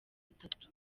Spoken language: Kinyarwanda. atatu